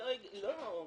לא,